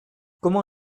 comment